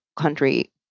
country